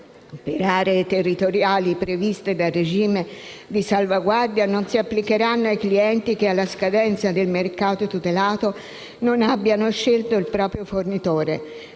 le aree territoriali previste dal regime di salvaguardia non si applicheranno ai clienti che alla scadenza del mercato tutelato non abbiano scelto il proprio fornitore,